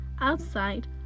outside